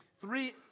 three